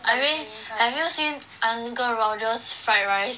I mean have you seen uncle roger's fried rice